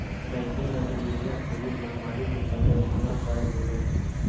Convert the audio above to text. banking गतिवीधियां covid महामारी के चलते धीमा पड़ गेले हें